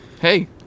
Hey